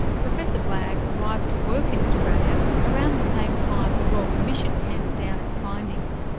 professor blagg arrived to work in australia around the same time the royal commission handed down its findings.